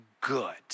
good